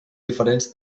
diferents